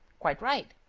quite right.